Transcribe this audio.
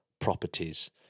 properties